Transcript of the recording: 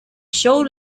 show